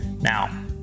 Now